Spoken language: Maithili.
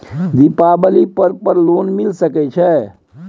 दीपावली पर्व पर लोन मिल सके छै?